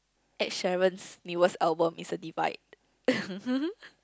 Ed-Sheeran newest album is a divide